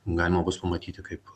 galima bus pamatyti kaip